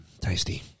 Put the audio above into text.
tasty